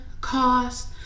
cost